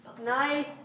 Nice